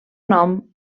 nom